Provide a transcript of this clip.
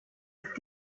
ist